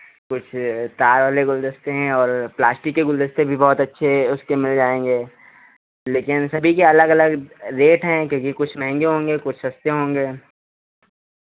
कुछ तार वाले गुलदस्ते हैं और प्लास्टिक के गुलदस्ते भी बहुत अच्छे उसके मिल जाएंगे लेकिन सभी के अलग अलग रेट हैं क्योंकि कुछ महँगे होंगे कुछ सस्ते होंगे